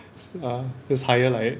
s~ uh just hire like